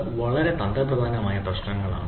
ഇവ വളരെ തന്ത്രപരമായ പ്രശ്നങ്ങളാണ്